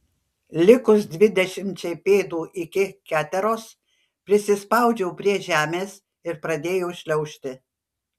likus dvidešimčiai pėdų iki keteros prisispaudžiau prie žemės ir pradėjau šliaužti